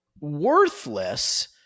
worthless